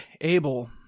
Abel